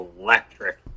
electric